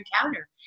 encounter